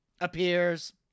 appears